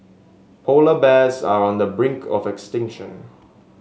polar bears are on the brink of extinction